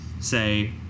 say